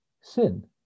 sin